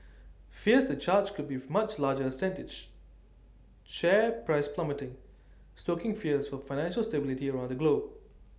fears the charge could beef much larger sent each share price plummeting stoking fears for financial stability around the globe